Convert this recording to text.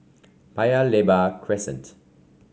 Paya Lebar Crescent